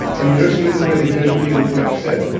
and it resonated very highly with what you said.